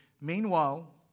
Meanwhile